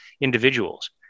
individuals